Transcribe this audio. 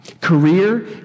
career